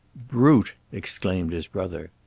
brute! exclaimed his brother.